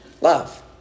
love